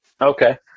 Okay